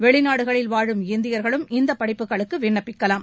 வெளிநாடுகளில் வாழும் இந்தியர்களும் இந்த படிப்புகளுக்கு விண்ணப்பிக்கலாம்